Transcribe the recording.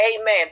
amen